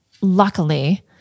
luckily